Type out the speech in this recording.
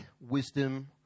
wisdom